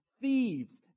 thieves